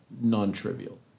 non-trivial